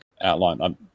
outline